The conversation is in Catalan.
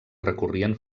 recorrien